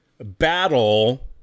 battle